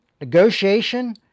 negotiation